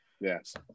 Yes